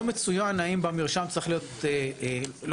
לא מצוין האם במרשם צריך להיות לא